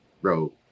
bro